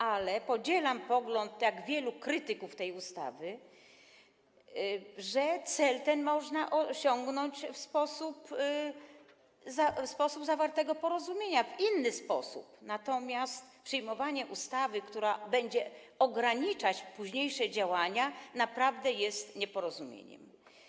Ale podzielam pogląd wielu krytyków tej ustawy, że cel ten można osiągnąć w drodze zawartego porozumienia, w inny sposób, natomiast przyjmowanie ustawy, która będzie ograniczać późniejsze działania, naprawdę jest nieporozumieniem.